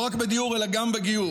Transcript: לא רק בדיור אלא גם בגיור,